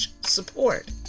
support